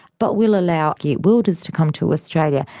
but we'll allow geert wilders to come to australia,